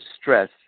stress